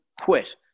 quit